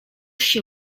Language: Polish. się